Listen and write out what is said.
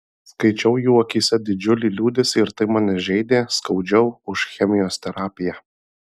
skaičiau jų akyse didžiulį liūdesį ir tai mane žeidė skaudžiau už chemijos terapiją